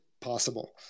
possible